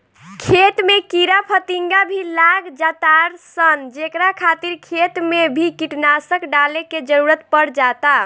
खेत में कीड़ा फतिंगा भी लाग जातार सन जेकरा खातिर खेत मे भी कीटनाशक डाले के जरुरत पड़ जाता